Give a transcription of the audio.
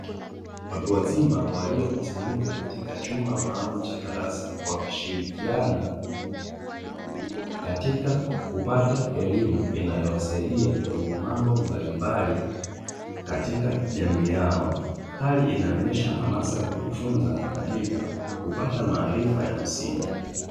Watu wazima waliokusanyika katika chumba maalumu cha darasa, wakishirikiana katika kupata elimu inayowasidia kwenye mambo mbalimbali katika jamii yao, hali inayoonyesha hamasa ya kujifunza na hivyo kupata maarifa ya msingi.